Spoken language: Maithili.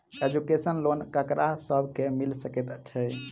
एजुकेशन लोन ककरा सब केँ मिल सकैत छै?